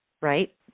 right